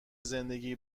زندگی